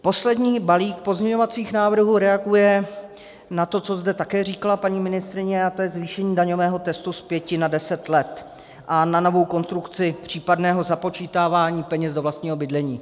Poslední balík pozměňovacích návrhů reaguje na to, co zde také říkala paní ministryně, a to je zvýšení daňového testu z pěti na deset let, a na novou konstrukci případného započítávání peněz do vlastního bydlení.